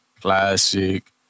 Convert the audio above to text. classic